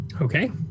Okay